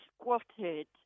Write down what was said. squatted